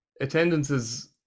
attendances